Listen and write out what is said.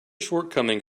shortcoming